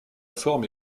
forme